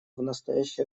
настоящее